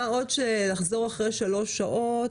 מה עוד שלחזור אחרי שלוש שעות,